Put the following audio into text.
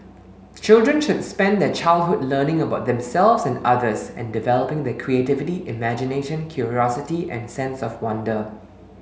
children should spend their childhood learning about themselves and others and developing their creativity imagination curiosity and sense of wonder